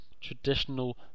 traditional